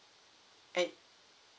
and